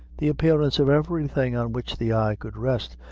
the appearance of everything on which the eye could rest,